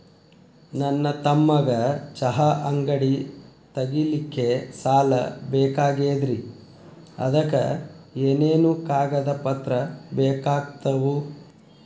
ನನ್ನ ತಮ್ಮಗ ಚಹಾ ಅಂಗಡಿ ತಗಿಲಿಕ್ಕೆ ಸಾಲ ಬೇಕಾಗೆದ್ರಿ ಅದಕ ಏನೇನು ಕಾಗದ ಪತ್ರ ಬೇಕಾಗ್ತವು?